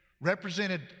represented